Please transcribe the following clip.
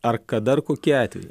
ar kada ar kokie atvejai